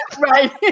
Right